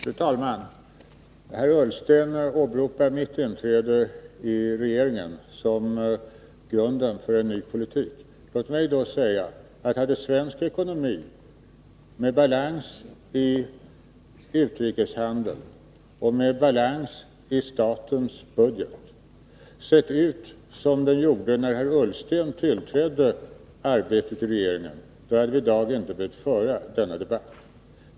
Fru talman! Herr Ullsten åberopar mitt inträde i regeringen som grunden för en ny politik. Låt mig då säga att hade svensk ekonomi, med balans i utrikeshandeln och med balans i statens budget, sett ut som den gjorde när herr Ullsten tillträdde arbetet i regeringen, då hade vi i dag inte behövt föra denna debatt.